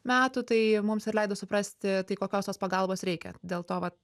metų tai mums ir leido suprasti tai kokios tos pagalbos reikia dėl to va